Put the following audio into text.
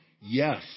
Yes